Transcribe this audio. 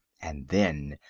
and then,